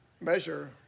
measure